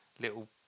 little